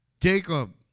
Jacob